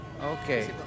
Okay